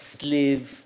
slave